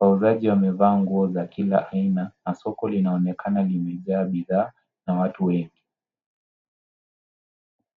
Wauzaji wamevaa nguo za kila aina, na soko linaonekana limejaa bidhaa, na watu wengi.